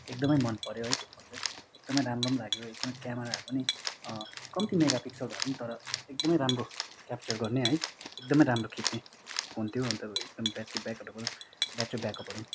एकदमै मन पऱ्यो है त्यो फोन चाहिँ एकदमै राम्रो पनि लाग्यो एकदमै क्यामाराहरू पनि कम्ती मेगापिक्सलको भए पनि तर एकदमै राम्रो क्यापचर गर्ने है एकदमै राम्रो खिच्ने फोन थियो अन्त एकदमै ब्याट्री ब्याट्री ब्याकअपहरू पनि